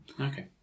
Okay